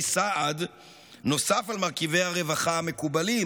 סעד נוסף למרכיבי הרווחה המקובלים: